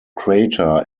crater